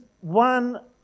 one